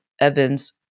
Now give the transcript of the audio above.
Evans